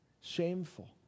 shameful